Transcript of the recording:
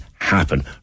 happen